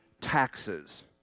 taxes